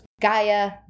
Gaia